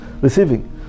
receiving